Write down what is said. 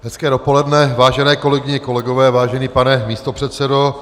Hezké dopoledne, vážené kolegyně, kolegové, vážený pane místopředsedo.